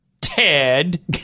Ted